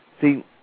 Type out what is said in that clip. see